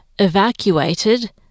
evacuated